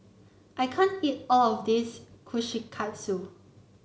I can't eat all of this Kushikatsu